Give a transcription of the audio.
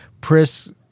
Pris